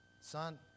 son